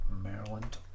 Maryland